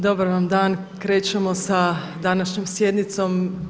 Dobar vam dan, krećemo sa današnjom sjednicom.